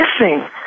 missing